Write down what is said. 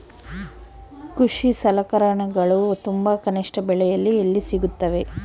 ಕೃಷಿ ಸಲಕರಣಿಗಳು ತುಂಬಾ ಕನಿಷ್ಠ ಬೆಲೆಯಲ್ಲಿ ಎಲ್ಲಿ ಸಿಗುತ್ತವೆ?